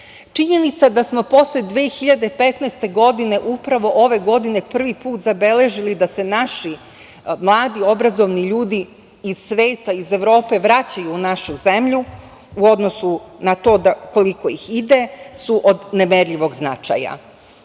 činjenica da smo posle 2015. godine upravo ove godine prvi put zabeležili da se naši mladi, obrazovani ljudi iz sveta, iz Evrope vraćaju u našu zemlju u odnosu na to koliko ih ide, su od nemerljivog značaja. Predlog